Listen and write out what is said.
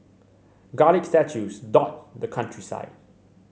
garlic statues dot the countryside